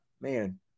man